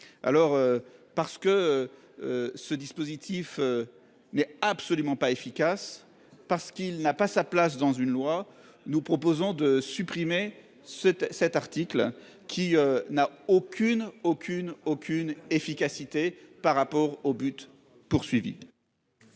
Alors parce que. Ce dispositif. N'est absolument pas efficace parce qu'il n'a pas sa place dans une loi, nous proposons de supprimer cet cet article qui n'a aucune aucune aucune efficacité par rapport au but poursuivi.